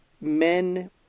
men